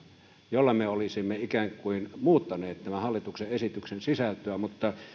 jolla me olisimme ikään kuin muuttaneet tämän hallituksen esityksen sisältöä mutta